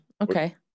Okay